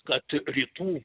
kad rytų